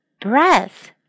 breath